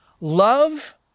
Love